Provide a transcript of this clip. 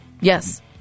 Yes